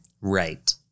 Right